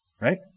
Right